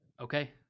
Okay